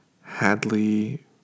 Hadley